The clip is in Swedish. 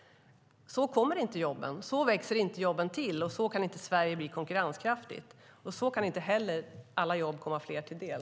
Så växer inte jobben till, så kan inte Sverige bli konkurrenskraftigt och så kan inte alla jobb komma fler till del.